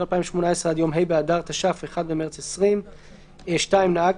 2018) עד יום ה' באדר התש"ף (1 במרס 2020); (2) נהג